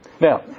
Now